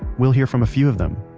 we'll hear from a few of them,